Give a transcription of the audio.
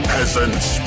Peasants